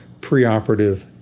preoperative